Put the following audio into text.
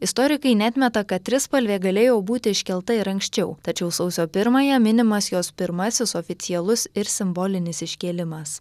istorikai neatmeta kad trispalvė galėjo būti iškelta ir anksčiau tačiau sausio pirmąją minimas jos pirmasis oficialus ir simbolinis iškėlimas